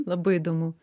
labai įdomu